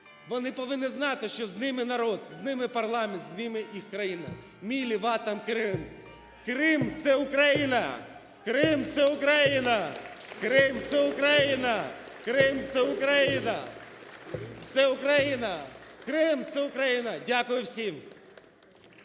вони повинні знати, що з ними народ, з ними парламент, з ними їх країна! Мілі ватам Крим. Крим – це Україна! Крим – це Україна! Крим – це Україна! Крим – це Україна! Крим – це Україна! Крим